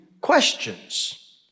questions